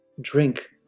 drink